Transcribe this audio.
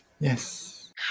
Yes